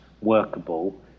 workable